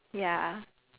for the seed